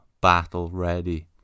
battle-ready